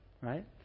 Right